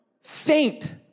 faint